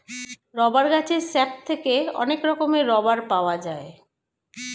rubber গাছের sap থেকে অনেক রকমের রাবার পাওয়া যায়